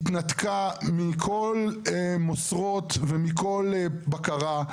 התנתקה מכל מוסרות ומכל בקרה,